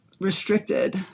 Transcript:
restricted